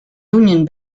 union